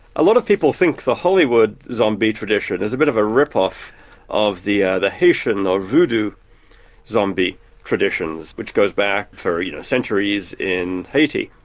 a lot of people think the hollywood zombie tradition is a bit of a rip-off of the ah the haitian or voodoo zombie traditions, which goes back for, centuries in haiti.